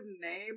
name